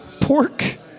pork